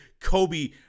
Kobe